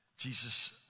Jesus